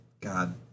God